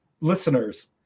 listeners